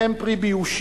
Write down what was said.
הן פרי באושים,